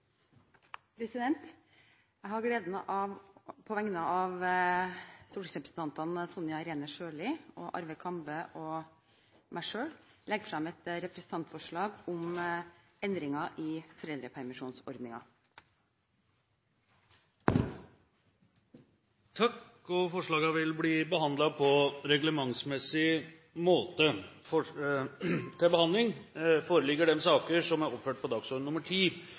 Jeg har gleden av på vegne av stortingsrepresentantene Sonja Irene Sjøli, Arve Kambe og meg selv å legge frem et representantforslag om endringer i foreldrepermisjonsordningen. Forslagene vil bli behandlet på reglementsmessig måte.